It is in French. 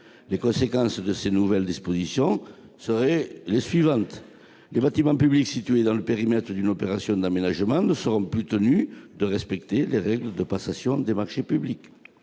loi MOP. Avec ces nouvelles dispositions, les bâtiments publics situés dans le périmètre d'une opération d'aménagement ne seront plus tenus de respecter les règles de passation des marchés publics.